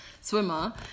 swimmer